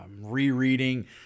rereading